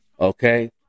okay